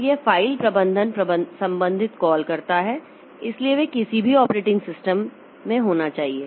तो यह फ़ाइल प्रबंधन संबंधित कॉल करता है इसलिए वे किसी भी ऑपरेटिंग सिस्टम होना चाहिए